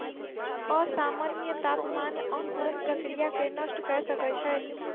असामन्य तापमान अंकुरण प्रक्रिया के नष्ट कय सकै छै